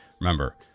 Remember